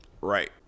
Right